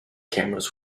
cameras